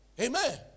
amen